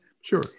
Sure